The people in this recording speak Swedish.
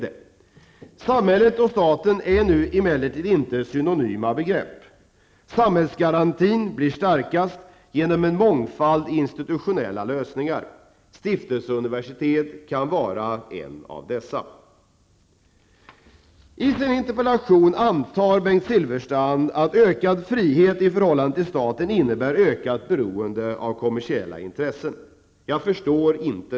Det gäller inte minst för samhällets demokratiskt valda organ att bidra till ett skydd mot starka kommersiella intressen.